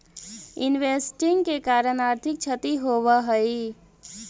investing के कारण आर्थिक क्षति होवऽ हई